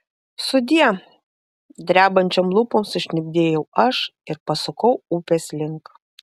sudie drebančiom lūpom sušnibždėjau aš ir pasukau upės link